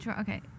Okay